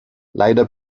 leider